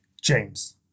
James